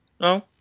No